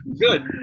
good